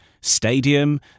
stadium